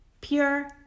pure